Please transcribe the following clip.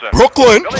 Brooklyn